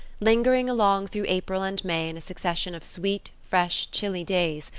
lingering along through april and may in a succession of sweet, fresh, chilly days,